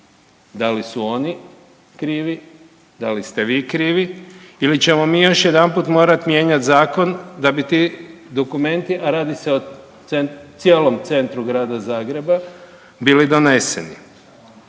da li su oni krivi, da li ste vi krivi ili ćemo mi još jedanput morat mijenjat zakon da bi ti dokumenti, a radi se o cijelom centru Grada Zagreba bili doneseni?